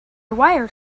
wired